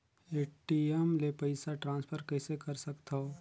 ATM ले पईसा transfer कइसे कर सकथव?